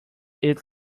eat